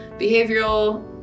behavioral